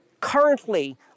currently